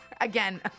Again